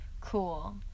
cool